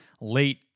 late